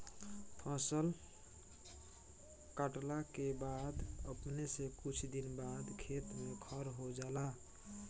फसल काटला के बाद अपने से कुछ दिन बाद खेत में खर हो जाला